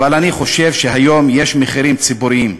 אבל אני חושב שהיום יש מחירים ציבוריים".